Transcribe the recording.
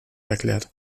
erklärt